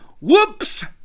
whoops